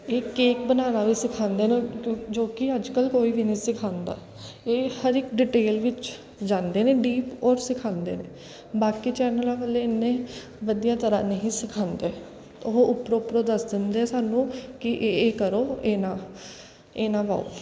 ਇਹ ਕੇਕ ਬਣਾਉਣਾ ਵੀ ਸਿਖਾਉਂਦੇ ਨੇ ਜੋ ਕਿ ਅੱਜ ਕੱਲ੍ਹ ਕੋਈ ਵੀ ਨਹੀਂ ਸਿਖਾਉਂਦਾ ਇਹ ਹਰ ਇੱਕ ਡਿਟੇਲ ਵਿੱਚ ਜਾਂਦੇ ਨੇ ਡੀਪ ਔਰ ਸਿਖਾਉਂਦੇ ਨੇ ਬਾਕੀ ਚੈਨਲਾਂ ਵਾਲੇ ਇੰਨੇ ਵਧੀਆ ਤਰ੍ਹਾਂ ਨਹੀਂ ਸਿਖਾਉਂਦੇ ਉਹ ਉੱਪਰੋਂ ਉੱਪਰੋਂ ਦੱਸ ਦਿੰਦੇ ਸਾਨੂੰ ਕਿ ਇਹ ਕਰੋ ਇਹ ਨਾ ਇਹ ਨਾ ਪਾਓ